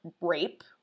rape